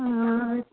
ओ